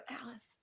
alice